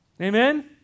Amen